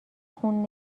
خون